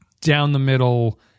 down-the-middle